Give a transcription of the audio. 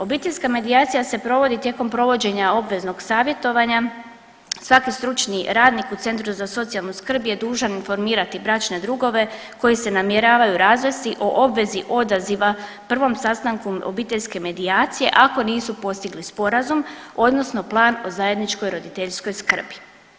Obiteljska medijacija se provodi tijekom provođenja obveznog savjetovanja, svaki stručni radnik u centru za socijalnu skrb je dužan informirati bračne drugove koji se namjeravaju razvesti o obvezi odaziva prvom sastanku obiteljske medijacije ako nisu postigli sporazum odnosno plan o zajedničkoj roditeljskoj skrbi.